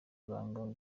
banga